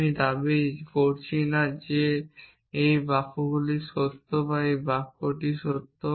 আমি দাবি করছি না যে এই বাক্যগুলি সত্য বা এই বাক্যটি সত্য